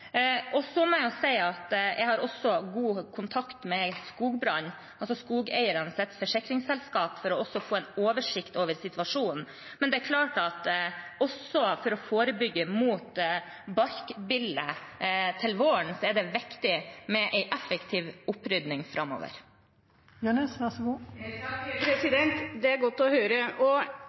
Jeg har også god kontakt med Skogbrand, altså skogeiernes forsikringsselskap, for å få en oversikt over situasjonen, men det er klart at for å forebygge mot barkbille til våren er det også viktig med en effektiv opprydning framover. Det er godt å høre. Barkbiller er en stor bekymring hvis dette blir liggende, og